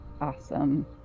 awesome